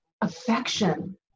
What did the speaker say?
affection